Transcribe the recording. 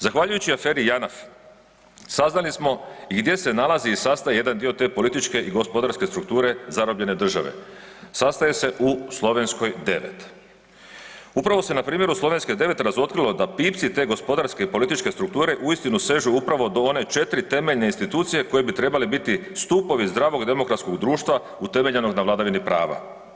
Zahvaljujući aferi Janaf saznali smo gdje se nalazi i sastaje jedan dio te političke i gospodarske strukture zarobljene države, sastaje se u Slovenskoj 9. Upravo se na primjeru Slovenske 9 razotkrilo da pipci te gospodarske političke strukture uistinu sežu upravo do one četiri temeljne institucije koje bi trebale biti stupovi zdravog demokratskog društva utemeljenog na vladavini prava.